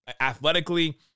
athletically